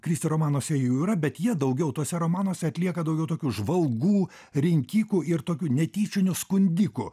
kristi romanuose jų yra bet jie daugiau tuose romanuose atlieka daugiau tokių žvalgų rinkikų ir tokių netyčinių skundikų